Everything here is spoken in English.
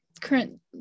current